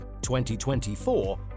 2024